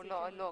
לא.